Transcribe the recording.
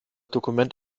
dokument